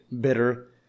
bitter